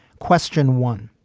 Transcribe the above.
question one.